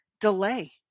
delay